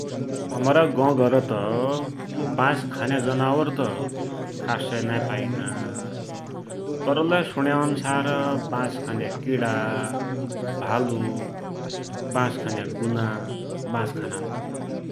हमरा गौघर त बाँस खन्या जनावर त खासै नाइँ पाइना, तरलै सुन्या अन्सार बाँस खन्या किड़ा, भालु, बाँस खन्या गुना बाँस खानान ।